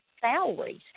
salaries